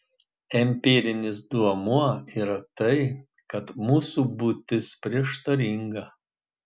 empirinis duomuo yra tai kad mūsų būtis prieštaringa